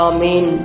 Amen